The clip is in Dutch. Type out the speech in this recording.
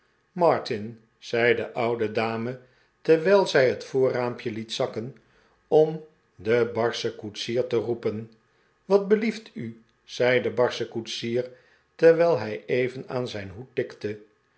martin zei de oude dame terwijl zij het voorraampje liet zakken om den barschen koetsier te roepen wat belieft u zei de barsche koetsier terwijl hij even aan zijn hoed tikte